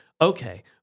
Okay